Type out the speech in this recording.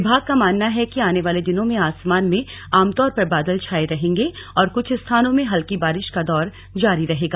विभाग का मानना है कि आने वाले दिनों में आसमान में आमतौर पर बादल छाए रहेंगे और कुछ स्थानों में हल्की बारिश का दौर जारी रहेगा